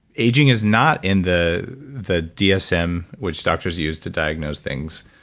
aging is not in the the dsm which doctors use to diagnose things.